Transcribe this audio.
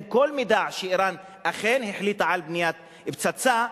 כל מידע שאירן אכן החליטה על בניית פצצה.